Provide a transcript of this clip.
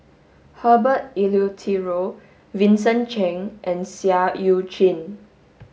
Herbert Eleuterio Vincent Cheng and Seah Eu Chin